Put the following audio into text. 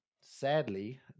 sadly